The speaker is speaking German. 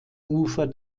ufer